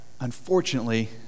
Unfortunately